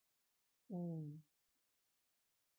mm